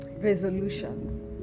resolutions